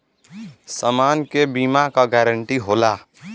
समान के बीमा क गारंटी होला